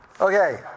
Okay